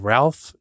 Ralph